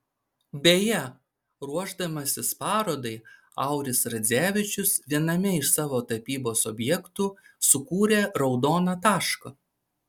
beje ruošdamasis parodai auris radzevičius viename iš savo tapybos objektų sukūrė raudoną tašką